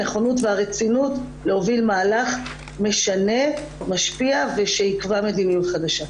הנכונות והרצינות להוביל מהלך משנה ומשפיע שיקבע מדיניות חדשה.